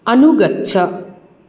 अनुगच्छ